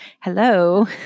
hello